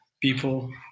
People